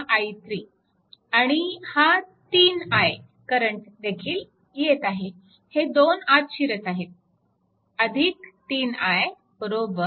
हा i3 आणि हा 3I करंट देखील येत आहे हे दोन आत शिरत आहेत 3I i2